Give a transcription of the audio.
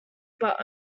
but